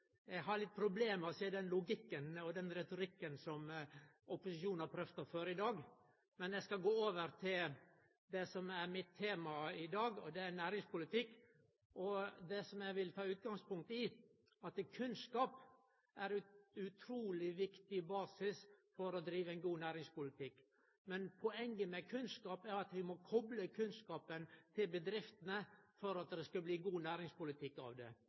Eg har litt problem med å sjå den logikken og retorikken som opposisjonen har prøvt å føre i dag, men eg skal over til det som er mitt tema i dag, og det er næringspolitikk. Det eg vil ta utgangspunkt i, er at kunnskap er ein utruleg viktig basis for å drive ein god næringspolitikk. Poenget med kunnskap er at vi må kople kunnskapen til bedriftene for at det skal bli god næringspolitikk av det.